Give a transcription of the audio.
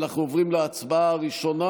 אנחנו עוברים להצבעה הראשונה,